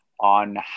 on